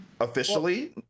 Officially